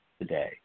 today